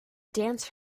dance